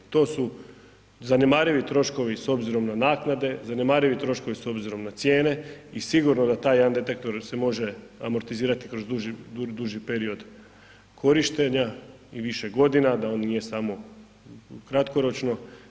To su zanemarivi troškovi s obzirom na naknade, zanemarivi troškovi s obzirom na cijene i sigurno da taj jedan detektor se može amortizirati kroz duži period korištenja i više godina, da on nije samo kratkoročno.